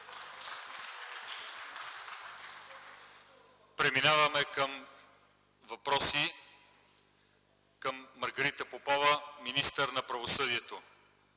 Преминаваме към въпроси към Маргарита Попова – министър на правосъдието.